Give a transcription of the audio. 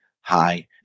Hi